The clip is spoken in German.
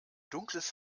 dunkles